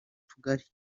tugari